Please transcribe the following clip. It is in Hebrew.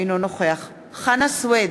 אינו נוכח חנא סוייד,